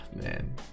man